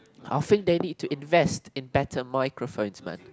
I think they need to invest in better microphones man